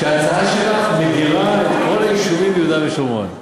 ההצעה שלך מדירה את כל היישובים ביהודה ושומרון.